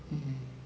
mm